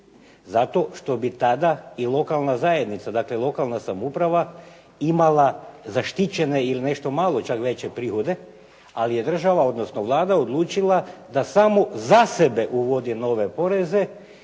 Zato što bi tada i lokalna zajednica, dakle lokalna samouprava imala zaštićene ili nešto malo čak veće prihode ali je država odnosno Vlada odlučila da samo za sebe uvodi nove poreze